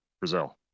Brazil